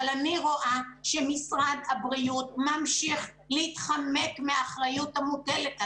אבל אני רואה שמשרד הבריאות ממשיך להתחמק מהאחריות המוטלת עליו.